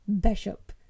bishop